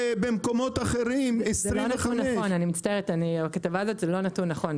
ובמקומות אחרים 25. זה לא נכון,